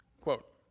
Quote